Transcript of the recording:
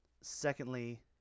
Secondly